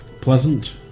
pleasant